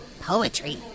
poetry